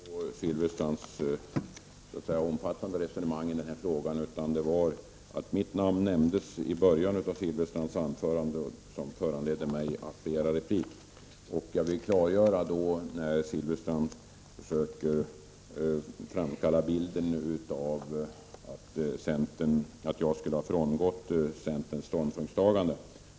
Herr talman! Jag skall inte gå in på Bengt Silfverstrands omfattande resonemang i den här frågan, men mitt namn nämndes i början av hans anförande, och det var det som föranledde mig att begära replik. Jag vill göra ett klarläggande, eftersom Bengt Silfverstrand försöker framkalla bilden av att jag skulle ha frångått centerns ståndpunktstagande.